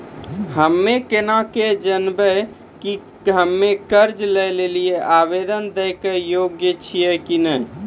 हम्मे केना के जानबै कि हम्मे कर्जा लै लेली आवेदन दै के योग्य छियै कि नै?